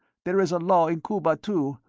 there is a law in cuba, too,